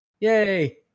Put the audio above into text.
Yay